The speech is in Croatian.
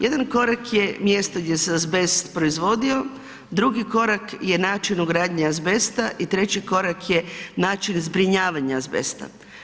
Jedan korak je mjesto gdje se azbest proizvodio, drugi korak je način ugradnje azbesta i treći korak je način zbrinjavanja azbesta.